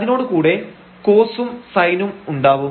അതിനോട് കൂടെ cos ഉം sin ഉം ഉണ്ടാവും